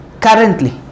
currently